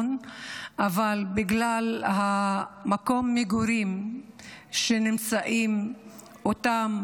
אבל בגלל מקום המגורים שבו נמצאים אותם